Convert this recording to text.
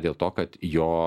dėl to kad jo